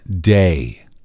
day